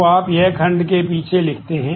तो आप यह खंड के पीछे लिखते हैं